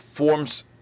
Forms